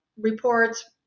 reports